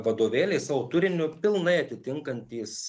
vadovėliai savo turiniu pilnai atitinkantys